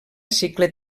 cicle